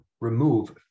remove